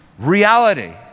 Reality